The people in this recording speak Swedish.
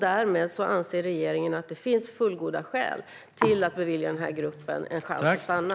Därmed anser regeringen att det finns fullgoda skäl till att bevilja den här gruppen en chans att stanna.